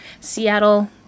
Seattle